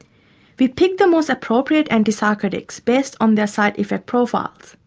we picked the most appropriate antipsychotics based on their side-effect profiles.